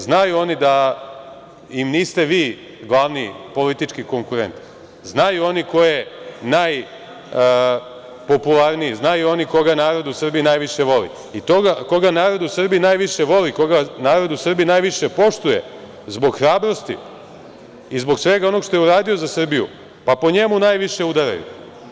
Znaju oni da im niste vi glavni politički konkurent, znaju oni ko je najpopularniji, znaju oni koga narod u Srbiji najviše voli i koga narod u Srbiji najviše poštuje, zbog hrabrosti i zbog svega onog što je uradio za Srbiju, pa po njemu najviše udaraju.